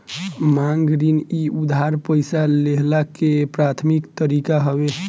मांग ऋण इ उधार पईसा लेहला के प्राथमिक तरीका हवे